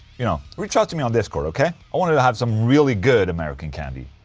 you know. reach out to me on discord, ok? i want to have some really good american candy,